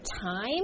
time